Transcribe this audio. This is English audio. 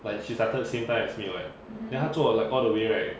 like she started same time as me [what] then 她做 like all the way right